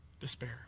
despair